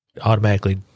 automatically